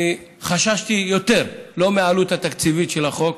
חששתי לא מהעלות התקציבית של החוק